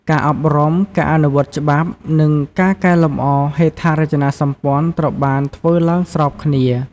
ការអប់រំ ការអនុវត្តច្បាប់ និងការកែលម្អហេដ្ឋារចនាសម្ព័ន្ធត្រូវបានធ្វើឡើងស្របគ្នា។